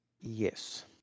yes